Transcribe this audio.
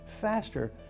faster